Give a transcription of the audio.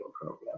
program